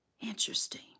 Interesting